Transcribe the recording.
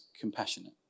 compassionate